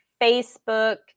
Facebook